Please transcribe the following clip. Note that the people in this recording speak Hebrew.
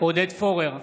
עודד פורר,